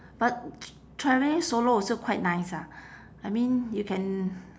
but tr~ travelling solo also quite nice ah I mean you can